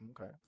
Okay